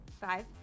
Five